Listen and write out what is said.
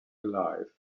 alive